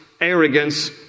arrogance